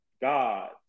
god